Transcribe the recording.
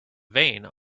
vane